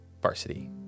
Varsity